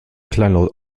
kleinlaut